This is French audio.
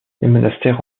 monastères